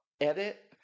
edit